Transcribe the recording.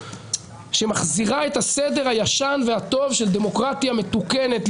שמחזירה את הסדר הישן והטוב של דמוקרטיה מתוקנת,